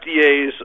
FDAs